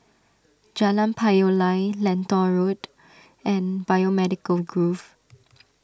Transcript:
Jalan Payoh Lai Lentor Road and Biomedical Grove